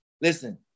Listen